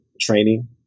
training